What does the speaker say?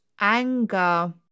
anger